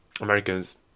americans